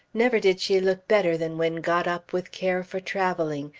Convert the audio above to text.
never did she look better than when got up with care for travelling,